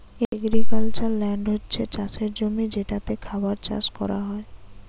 agricultural land হচ্ছে চাষের জমি যেটাতে খাবার চাষ কোরা হয়